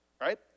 right